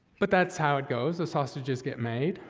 but that's how it goes. the sausages get made.